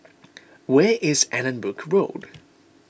where is Allanbrooke Road